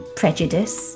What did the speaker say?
prejudice